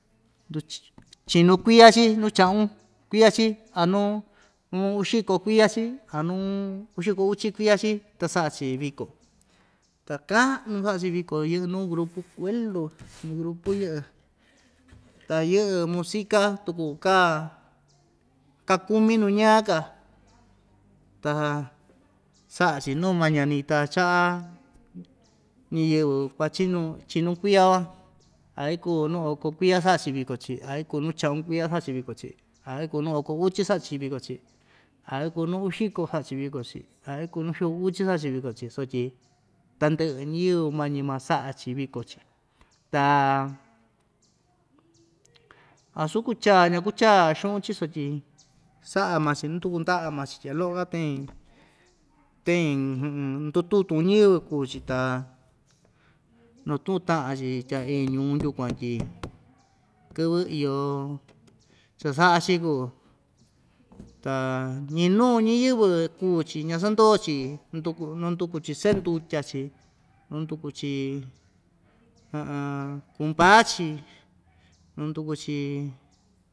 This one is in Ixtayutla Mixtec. chinu kuiya‑chi nuu cha'un kuiya‑chi a nuu nuu uxiko kuiya‑chi a nuu uxiko uchi kuiya‑chi ta sa'a‑chi viko ta ka'nu sa'a‑chi viko yɨ'ɨ nuu grupu huelu iin grupu yɨ'ɨ ta yɨ'ɨ musica tuku kaa ka kumi nu ñaa‑ka ta sa'a‑chi nuu mañanita cha'a ñiyɨvɨ kuachinu chinu kuiya van a ikuu nu oko kuiya sa'a‑chi viko‑chi a ikuu nu cha'un kuiya sa'a‑chi viko‑chi a iku nu oko uchi sa'a‑chi viko‑chi a ikuu nu uxiko sa'a‑chi viko‑chi a ikuu nu uxiko uchi sa'a‑chi viko‑chi sotyi tandɨ'ɨ ñiyɨvɨ mañi maa sa'a‑chi viko‑chi ta asu kuchaa ñakucha xu'un‑chi sotyi sa'a maa‑chi nduku nda'a maa‑chi tya lo'o‑ka ten ten ndututun ñɨvɨ kuu‑chi ta natu'un ta'an‑chi tya iin ñuu yukuan tyi kɨvɨ iyo cha‑sa'a‑chi kuu ta ñi‑nuu ñiyɨvɨ kuu‑chi ña sando‑chi nduku nanduku‑chi se'e ndutya‑chi nanduku‑chi kumpa‑chi nanduku‑chi.